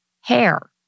hair